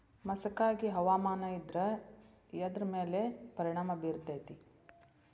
ಮಸಕಾಗಿ ಹವಾಮಾನ ಇದ್ರ ಎದ್ರ ಮೇಲೆ ಪರಿಣಾಮ ಬಿರತೇತಿ?